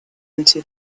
into